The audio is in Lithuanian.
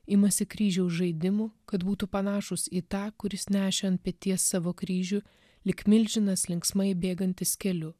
imasi kryžiaus žaidimų kad būtų panašūs į tą kuris nešė ant peties savo kryžių lyg milžinas linksmai bėgantis keliu